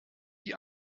die